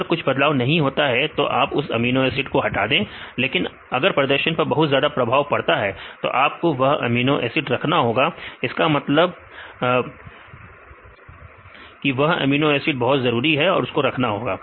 अगर कोई बदलाव नहीं होता है तो आप उस अमीनो एसिड को हटा सकते हैं लेकिन अगर प्रदर्शन पर बहुत ज्यादा प्रभाव पड़ता है तो आपको वह अमीनो एसिड रखना होगा इसका मतलब वशिष्टा बहुत जरूरी है और आपको उसको रखना होगा